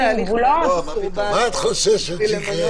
מה את חוששת שיקרה?